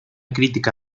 crítica